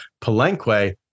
Palenque